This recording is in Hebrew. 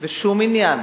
ושום עניין